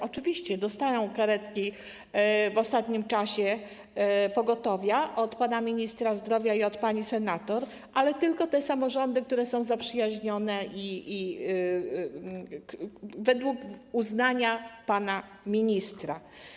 Oczywiście dostają w ostatnim czasie karetki pogotowia od pana ministra zdrowia i od pani senator, ale tylko te samorządy, które są zaprzyjaźnione i według uznania pana ministra.